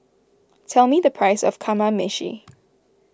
tell me the price of Kamameshi